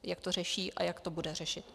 Jak to řeší a jak to bude řešit?